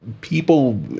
people